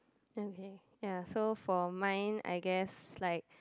damn hey ya so for mine I guess like